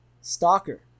Stalker